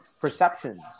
perceptions